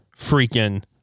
freaking